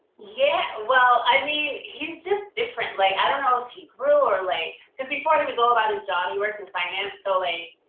yeah, well i mean he's just different, like i don't know if he grew or like. because before he was all about his job, he works in finance so like,